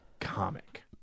comic